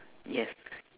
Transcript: yes